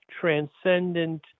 transcendent